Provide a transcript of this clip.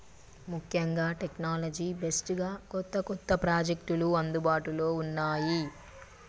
ముఖ్యంగా technology based గా కొత్త కొత్త ప్రాజెక్టులు అందుబాటులో ఉన్నాయి